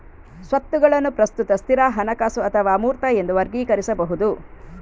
ಸ್ವತ್ತುಗಳನ್ನು ಪ್ರಸ್ತುತ, ಸ್ಥಿರ, ಹಣಕಾಸು ಅಥವಾ ಅಮೂರ್ತ ಎಂದು ವರ್ಗೀಕರಿಸಬಹುದು